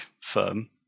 firm